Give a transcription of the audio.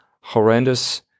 horrendous